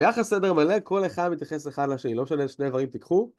יחס סדר מלא, כל אחד מתייחס אחד לשני, לא משנה שני איברים תיקחו.